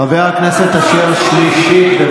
חבר הכנסת אשר, שלישית.